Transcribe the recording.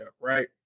right